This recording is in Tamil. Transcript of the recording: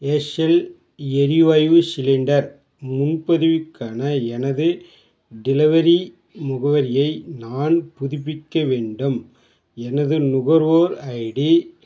எஸ்ஸெல் எரிவாய்வு சிலிண்டர் முன்பதிவுக்கான எனது டெலிவரி முகவரியை நான் புதுப்பிக்க வேண்டும் எனது நுகர்வோர் ஐடி